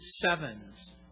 sevens